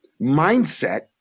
mindset